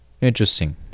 Interesting